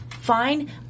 fine